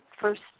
first